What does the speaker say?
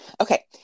okay